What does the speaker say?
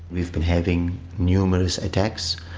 we've been having numerous attacks,